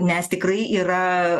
nes tikrai yra